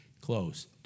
close